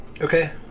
Okay